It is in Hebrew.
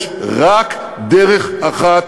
יש רק דרך אחת,